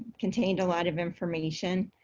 contained a lot of information,